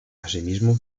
asimismo